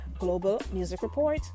globalmusicreport